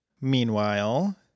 Meanwhile